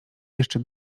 jeszcze